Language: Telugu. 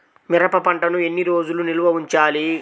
మిరప పంటను ఎన్ని రోజులు నిల్వ ఉంచాలి?